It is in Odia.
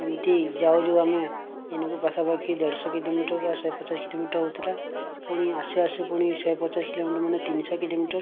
ଏମିତି ଯାଉ ଯାଉ ଆମେ ଦିନକୁ ପାଖାପାଖି ଦେଢ଼ଶହ କିଲୋମିଟର୍ ଶହେ ପଚାଶ କିଲୋମିଟର୍ ହେଉଥିଲା ପୁଣି ଆସୁ ଆସୁ ପୁଣି ଶହେ ପଚାଶ କିଲୋମିଟର୍ ମାନେ ତିନିଶହ କିଲୋମିଟର୍